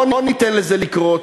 לא ניתן לזה לקרות.